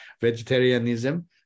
vegetarianism